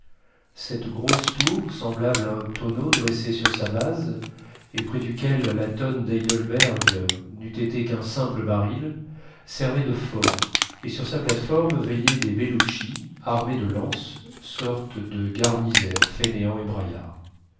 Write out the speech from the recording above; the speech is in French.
cette grosse tour semblable à un tonneau dressé sur sa base et près duquel la tonne d'heidelberg n'eut été qu'un simple baril servait de fort et sur sa plate-forme veillaient des beloutchis armés de lances sorte de garnisaires fainéants et braillards